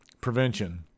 Prevention